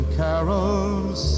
carols